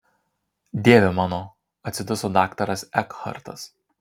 dieve mano atsiduso daktaras ekhartas